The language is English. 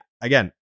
again